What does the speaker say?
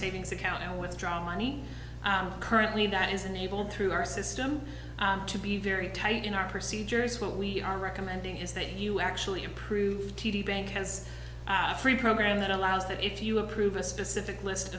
savings account and withdraw money currently that is enabled through our system to be very tight in our procedures what we are recommending is that you actually improve t d bank has a free program that allows that if you approve a specific list